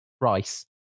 rice